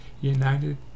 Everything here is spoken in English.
united